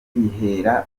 bihera